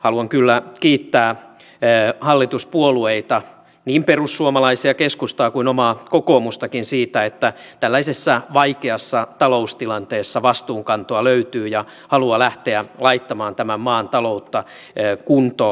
haluan kyllä kiittää hallituspuolueita niin perussuomalaisia keskustaa kuin omaa kokoomustakin siitä että tällaisessa vaikeassa taloustilanteessa vastuunkantoa löytyy ja halua lähteä laittamaan tämän maan taloutta kuntoon